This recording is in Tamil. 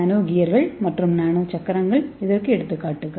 நானோ கியர்கள் மற்றும் நானோ சக்கரங்கள் இதற்கு எடுத்துக்காட்டுகள்